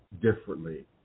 differently